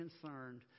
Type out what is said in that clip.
concerned